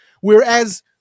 Whereas